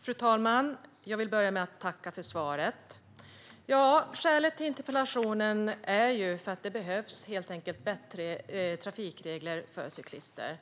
Fru talman! Jag vill börja med att tacka för svaret. Skälet till interpellationen är att det helt enkelt behövs bättre trafikregler för cyklister.